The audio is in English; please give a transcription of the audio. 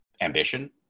ambition